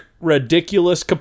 Ridiculous